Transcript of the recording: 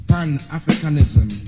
Pan-Africanism